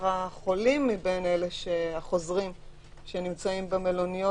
החולים מבין אלה החוזרים שנמצאים במלוניות,